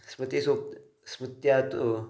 स्मृतिसूक्तौ स्मृत्या तु